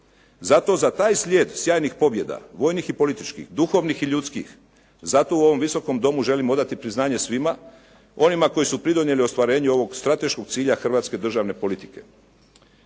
Zato za taj slijed sjajnih pobjeda vojnih i političkih, duhovnih i ljudskih, zato u ovom Visokom domu želim odati priznanje svima onima koji su pridonijeli ostvarenju ovog strateškog cilja hrvatske državne politike.